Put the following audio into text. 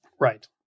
Right